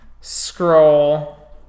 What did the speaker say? scroll